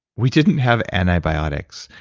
we didn't have antibiotics.